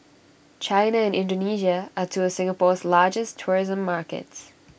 China and Indonesia are two of Singapore's largest tourism markets